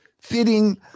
fitting